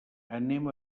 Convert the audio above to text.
anem